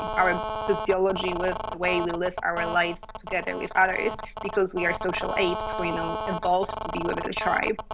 and our ah physiology with the way we live our lives together with others because we are social apes we know evolved to be with with a tribe.